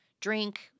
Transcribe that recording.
drink